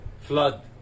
Flood